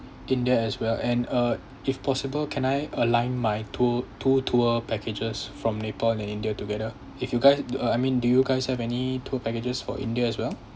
india as well and uh if possible can I align my tour two tour packages from nepal and india together if you guys uh I mean do you guys have any tour packages for india as well